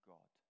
God